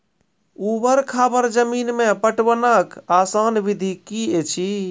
ऊवर खाबड़ जमीन मे पटवनक आसान विधि की ऐछि?